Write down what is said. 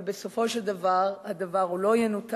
אבל בסופו של דבר, הדבר לא יינתק,